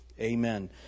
amen